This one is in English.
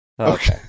Okay